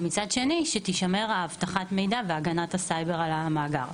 ומצד שני שתישמר אבטחת המידע והגנת הסייבר על המאגר.